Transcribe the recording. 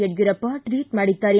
Yediyurappa tweet ಮಾಡಿದ್ದಾರೆ